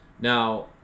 now